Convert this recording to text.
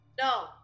No